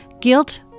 Guilt